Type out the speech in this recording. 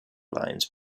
lines